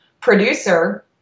producer